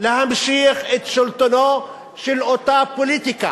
להמשיך את שלטונה של אותה פוליטיקה,